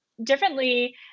Differently